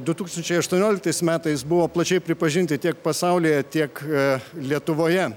du tūkstančiai aštuonioliktais metais buvo plačiai pripažinti tiek pasaulyje tiek lietuvoje